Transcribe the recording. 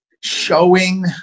showing